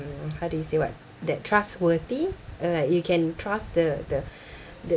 how do you say what that trustworthy uh like you can trust the the the